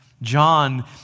John